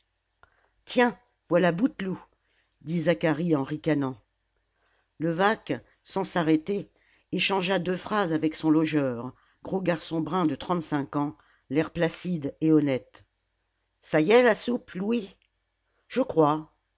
tiens voilà bouteloup dit zacharie en ricanant levaque sans s'arrêter échangea deux phrases avec son logeur gros garçon brun de trente-cinq ans l'air placide et honnête ça y est la soupe louis je crois